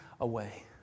away